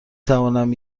توانم